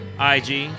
IG